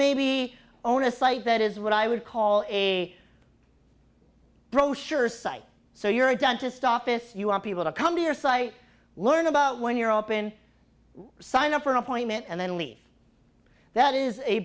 may be on a site that is what i would call a brochure site so you're a dentist office you want people to come to your site learn about when you're open sign up for an appointment and then leave that is a